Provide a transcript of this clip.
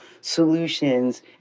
solutions